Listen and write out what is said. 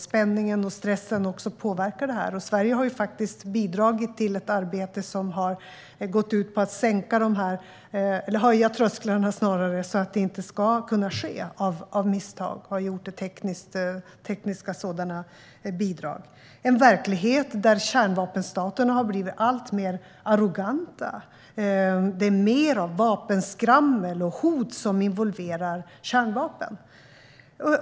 Spänningen och stressen påverkar detta. Sverige har bidragit till ett arbete som har gått ut på att höja trösklarna så att inget ska ske av misstag. Vi har gett tekniska bidrag till detta. Vi har en verklighet där kärnvapenstaterna har blivit alltmer arroganta. Vapenskrammel och hot involverar oftare kärnvapen.